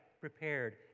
prepared